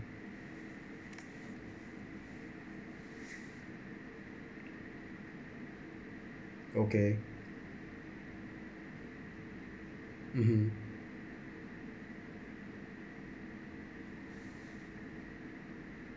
okay mmhmm